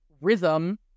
rhythm